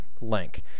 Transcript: link